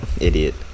Idiot